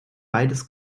beides